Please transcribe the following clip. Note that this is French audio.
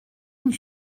une